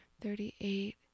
thirty-eight